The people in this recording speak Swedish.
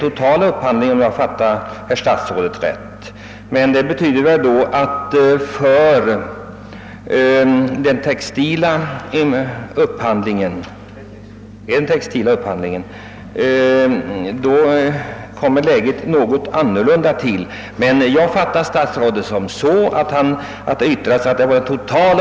Vi får dessutom komma ihåg att textiloch konfektionsindustrin för närvarande är mycket sårbar.